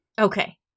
Okay